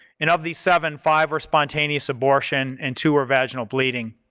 and of these seven five were spontaneous abortion and two were vaginal bleeding,